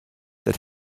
that